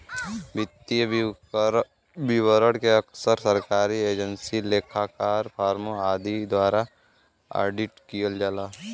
वित्तीय विवरण के अक्सर सरकारी एजेंसी, लेखाकार, फर्मों आदि द्वारा ऑडिट किहल जाला